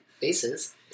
faces